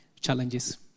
challenges